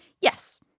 Yes